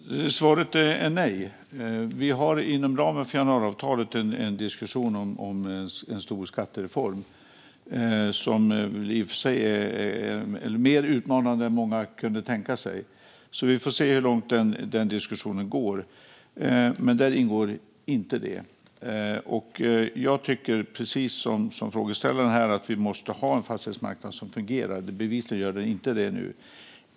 Fru talman! Svaret är nej. Vi har inom ramen för januariavtalet en diskussion om en stor skattereform, som i och för sig är mer utmanande än många kunde tänka sig. Vi får se hur långt den diskussionen går. Men där ingår inte detta. Jag tycker precis som frågeställaren att vi måste ha en fastighetsmarknad som fungerar. Bevisligen gör den inte det nu.